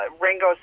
Ringo